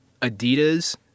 Adidas